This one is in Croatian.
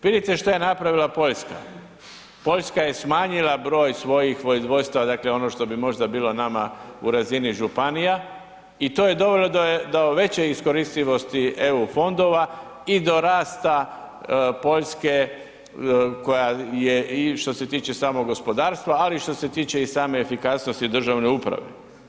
Vidite što je napravila Poljska, Poljska je smanjila broj svojih vojvodstva, dakle ono što bi možda bilo nama u razini županija i to je dovelo do veće iskoristivosti EU fondova i do rasta Poljske koja je i što se tiče samog gospodarstva, ali i što se tiče same efikasnosti državne uprave.